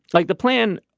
like the plan.